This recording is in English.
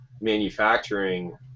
manufacturing